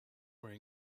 were